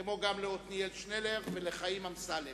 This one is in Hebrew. כמו גם לעתניאל שנלר ולחיים אמסלם.